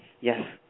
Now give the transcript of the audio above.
Yes